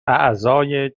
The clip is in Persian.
اعضای